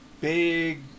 big